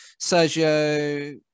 Sergio